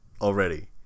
already